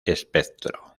espectro